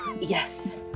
Yes